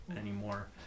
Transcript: anymore